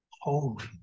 Holy